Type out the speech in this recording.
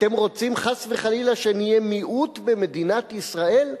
אתם רוצים, חס וחלילה, שנהיה מיעוט במדינת ישראל?